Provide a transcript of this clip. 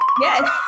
yes